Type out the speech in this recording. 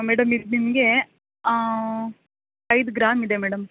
madam ಇದು ನಿಮಗೆ ಐದು ಗ್ರಾಮ್ ಇದೆ ಮೇಡಮ್